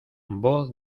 voz